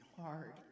hard